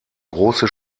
große